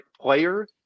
player